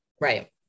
Right